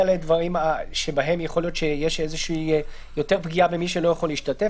לדברים שבהם יכול להיות שיש יותר פגיעה במי שלא יכול להשתתף.